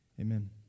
Amen